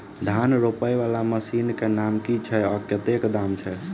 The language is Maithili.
धान रोपा वला मशीन केँ नाम की छैय आ कतेक दाम छैय?